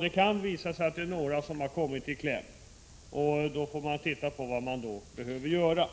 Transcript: Det kan visa sig att några har kommit i kläm. I så fall får man ta ställning till vad som behöver göras.